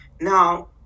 Now